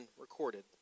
recorded